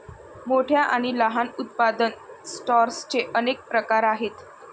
मोठ्या आणि लहान उत्पादन सॉर्टर्सचे अनेक प्रकार आहेत